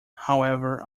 however